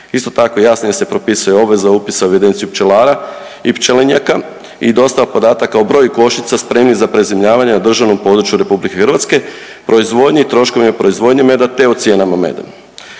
Isto tako jasnije se propisuje obveza upisa u evidenciju pčelara i pčelinjaka i dostava podataka o broju košnica spremnih za prezimljavanje na državnom području RH, proizvodnji i troškovima proizvodnje meda, te o cijenama meda.